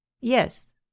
Yes